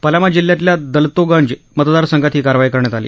पलामा जिल्ह्यातल्या दलतोगंज मतदारसंघात ही कारवाई करण्यात आली